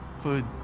food